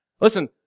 Listen